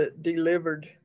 delivered